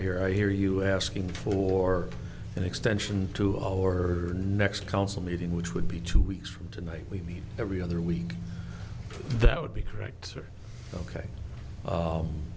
here i hear you asking for an extension to horder next council meeting which would be two weeks from tonight we meet every other week that would be correct ok